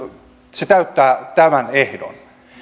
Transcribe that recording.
se täyttää tämän ehdon